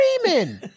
screaming